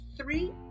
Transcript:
three